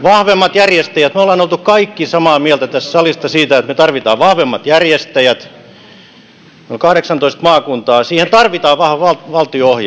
vahvemmat järjestäjät me olemme kaikki olleet samaa mieltä tässä salissa siitä että me tarvitsemme vahvemmat järjestäjät kun on noin kahdeksantoista maakuntaa siihen tarvitaan vahva valtion